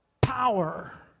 Power